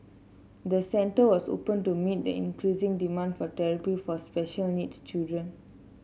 the centre was opened to meet that increasing demand for therapy for special needs children